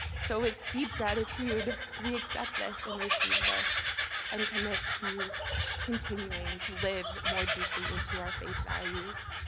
so with deep gratitude, we accept this and receive this and commit to continuing to live more deeply into our faith values.